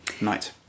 night